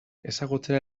ezagutzera